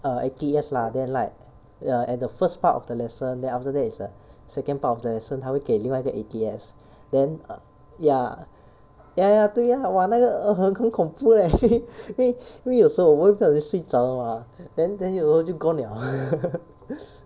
err A_T_S lah then like ya at the first part of the lesson then after that is like second part of the lesson 他会给另外一个 A_T_S then err ya ya ya 对 lah !wah! 那个很很恐怖 leh 因为因为有时候我们会不小心睡着的 mah then then 就 gone liao